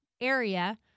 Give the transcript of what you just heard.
area